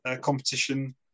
competition